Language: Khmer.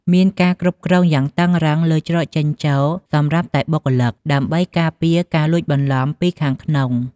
មានការគ្រប់គ្រងយ៉ាងតឹងរ៉ឹងលើច្រកចេញចូលសម្រាប់តែបុគ្គលិក ដើម្បីការពារការលួចបន្លំពីខាងក្នុង។